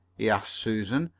he asked susan,